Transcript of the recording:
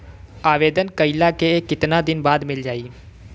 आवेदन कइला के कितना दिन बाद मिल जाई?